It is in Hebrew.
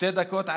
שתי דקות.